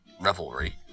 revelry